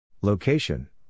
Location